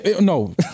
no